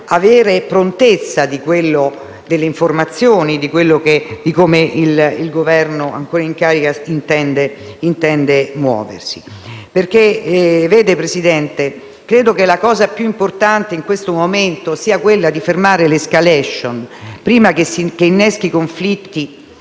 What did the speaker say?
avere contezza delle informazioni e di come il Governo ancora in carica intenda muoversi. Vede, signor Presidente, credo che la cosa più importante in questo momento sia fermare l’escalation, prima che inneschi conflitti